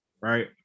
right